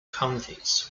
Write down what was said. counties